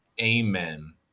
Amen